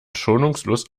schonungslos